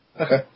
Okay